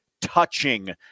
touching